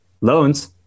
loans